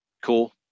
Cool